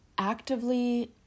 actively